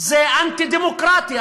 זה אנטי-דמוקרטי.